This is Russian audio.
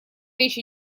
речь